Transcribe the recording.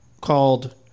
called